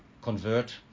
convert